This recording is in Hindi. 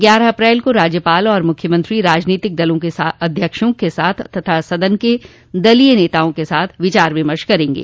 ग्यारह अप्रैल को राज्यपाल और मुख्यमंत्री राजनीतिक दलों के अध्यक्षों तथा सदन के दलीय नेताओं के साथ विचार विमर्श करेंगे